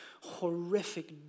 horrific